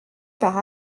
par